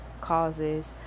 causes